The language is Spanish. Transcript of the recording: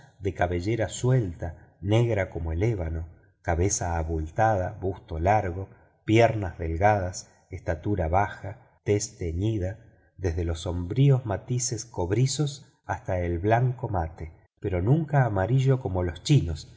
de cabellera suelta negra como el ébano cabeza abultada busto largo piernas delgadas estatura baja tez teñida desde los sombríos matices cobrizos hasta el blanco mate pero nunca amarillo como los chinos